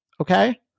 okay